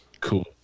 cool